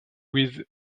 with